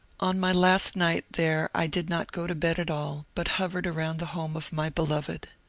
on my last night there i did not go to bed at all, but hovered around the home of my beloved.